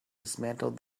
dismantled